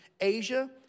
Asia